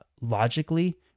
logically